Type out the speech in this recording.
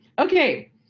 Okay